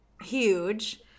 huge